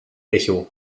echo